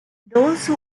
those